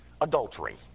adultery